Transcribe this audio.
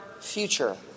future